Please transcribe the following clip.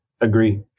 Agree